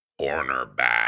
cornerback